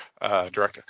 director